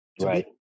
Right